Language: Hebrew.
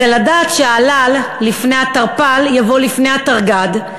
"זה לדעת שהאל"ל לפני התרפ"ל יבוא לפני התרג"ד,